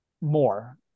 more